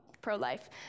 pro-life